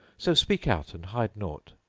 so speak out and hide naught!